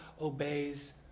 obeys